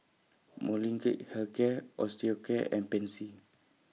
Molnylcke Health Care Osteocare and Pansy